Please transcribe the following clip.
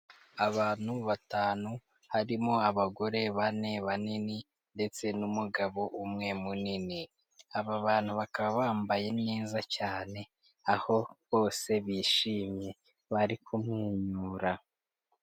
Abantu batanu harimo abagore bane banini ndetse n'umugabo umwe munini, aba bantu bakaba bambaye neza cyane, aho bose bishimye bari kumwenyura.